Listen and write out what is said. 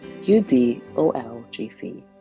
UDOLGC